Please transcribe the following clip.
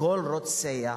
וכל רוצח,